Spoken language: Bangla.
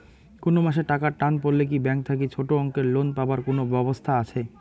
কুনো মাসে টাকার টান পড়লে কি ব্যাংক থাকি ছোটো অঙ্কের লোন পাবার কুনো ব্যাবস্থা আছে?